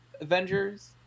Avengers